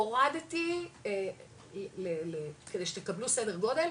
הורדתי כדי שתקבלו סדר גודל,